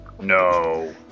No